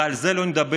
ועל זה לא נדבר,